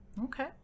Okay